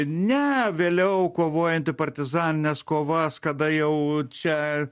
ne vėliau kovojanti partizanines kovas kada jau čia